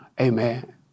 amen